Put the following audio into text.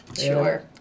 sure